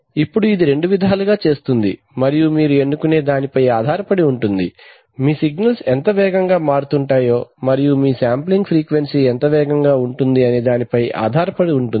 ఇప్పుడు ఇది రెండు విధాలుగా చేస్తుంది మరియు మీరు ఎన్నుకునే దానిపై ఆధారపడి ఉంటుంది మీ సిగ్నల్స్ ఎంత వేగంగా మారుతుంటాయో మరియు మీ శ్యాంప్లింగ్ ఫ్రీక్వెన్సీ ఎంత వేగంగా ఉంటుంది అనే దానిపై ఆధారపడి ఉంటుంది